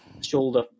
shoulder